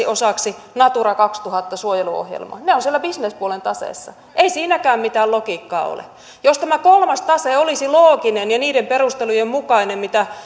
osaksi natura kaksituhatta suojeluohjelmaan ne ovat siellä bisnespuolen taseessa ei siinäkään mitään logiikkaa ole jos tämä kolmas tase olisi looginen ja niiden perustelujen mukainen mitä